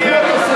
מגיע לו,